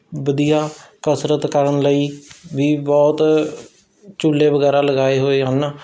ਵਧੀਆ ਕਸਰਤ ਕਰਨ ਲਈ ਵੀ ਬਹੁਤ ਝੁੱਲੇ ਵਗੈਰਾ ਲਗਾਏ ਹੋਏ ਹਨ